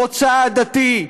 מוצא עדתי,